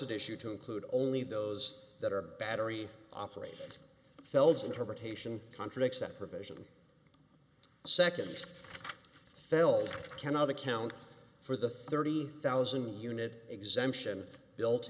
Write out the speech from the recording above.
of issue to include only those that are battery operated fell's interpretation contradicts that provision second failed cannot account for the thirty thousand unit exemption built